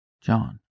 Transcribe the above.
John